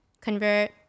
convert